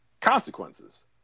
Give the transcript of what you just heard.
consequences